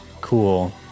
cool